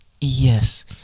Yes